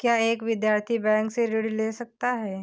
क्या एक विद्यार्थी बैंक से ऋण ले सकता है?